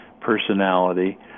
personality